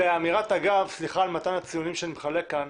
באמירת אגב, סליחה על מתן הציונים שאני מחלק כאן,